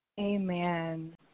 Amen